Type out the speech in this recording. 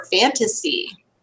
fantasy